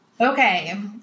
Okay